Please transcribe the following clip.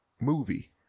movie